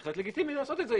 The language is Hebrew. לגיטימי לעשות את זה,